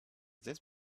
this